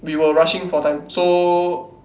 we were rushing for time so